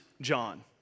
John